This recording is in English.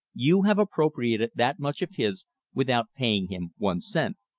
you have appropriated that much of his without paying him one cent.